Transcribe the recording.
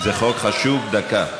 זה חוק חשוב, דקה.